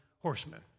Horsemen